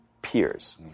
peers